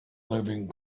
living